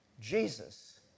Jesus